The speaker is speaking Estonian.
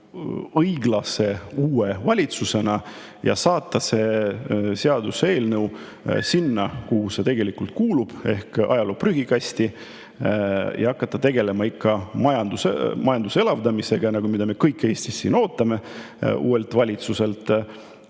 õiglase uue valitsusena ja saata see seaduseelnõu sinna, kuhu see tegelikult kuulub, ehk ajaloo prügikasti ning hakata tegelema majanduse elavdamisega, mida me kõik siin Eestis uuelt valitsuselt